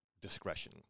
discretion